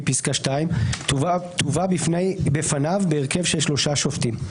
פסקה (2) תובא בפניו בהרכב של שלושה שופטים,